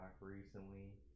recently